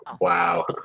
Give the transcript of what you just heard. Wow